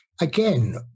again